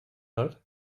hat